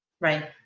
Right